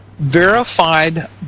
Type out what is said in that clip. verified